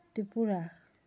Tripura